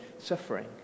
Suffering